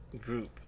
group